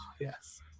Yes